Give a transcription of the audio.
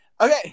okay